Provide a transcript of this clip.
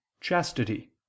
chastity